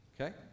Okay